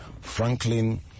Franklin